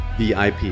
VIP